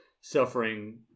suffering